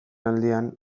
aldian